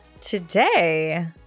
today